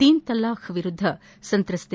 ತೀನ್ ತಲಾಖ್ ವಿರುದ್ದ ಸಂತ್ರಸ್ವೆ